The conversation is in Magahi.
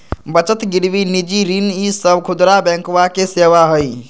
बचत गिरवी निजी ऋण ई सब खुदरा बैंकवा के सेवा हई